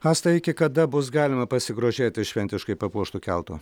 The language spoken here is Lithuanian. asta iki kada bus galima pasigrožėti šventiškai papuoštu keltu